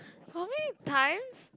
for me times